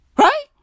Right